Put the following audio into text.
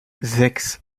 sechs